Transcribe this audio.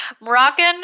Moroccan